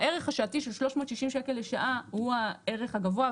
הערך השעתי של 360 שקלים לשעה הוא הערך הגבוה.